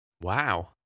Wow